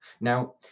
Now